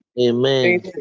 Amen